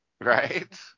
Right